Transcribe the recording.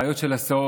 בעיות של הסעות,